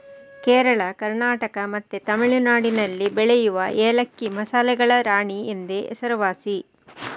ಕೇರಳ, ಕರ್ನಾಟಕ ಮತ್ತೆ ತಮಿಳುನಾಡಿನಲ್ಲಿ ಬೆಳೆಯುವ ಏಲಕ್ಕಿ ಮಸಾಲೆಗಳ ರಾಣಿ ಎಂದೇ ಹೆಸರುವಾಸಿ